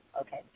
okay